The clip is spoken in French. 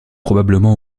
probablement